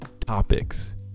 topics